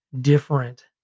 different